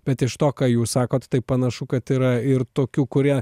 bet iš to ką jūs sakot tai panašu kad yra ir tokių kurie